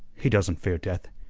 he doesn't fear death,